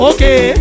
Okay